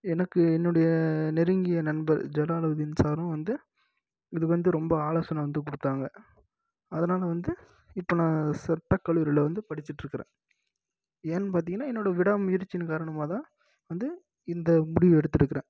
எனக்கு என்னுடைய நெருங்கிய நண்பர் ஜலாலுதீன் சாரும் வந்து இதுக்கு வந்து ரொம்ப ஆலோசனை வந்து கொடுத்தாங்க அதனால வந்து இப்போ நான் சட்ட கல்லூரியில் வந்து படிச்சுட்ருக்கறேன் ஏன்னெனு பார்த்திங்கனா என்னோட விடாமுயற்சியின் காரணமாக தான் வந்து இந்த முடிவு எடுத்துருக்கிறேன்